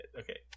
Okay